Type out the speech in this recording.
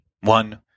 one